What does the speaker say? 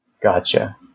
gotcha